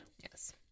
Yes